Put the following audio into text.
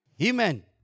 Amen